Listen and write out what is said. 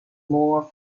more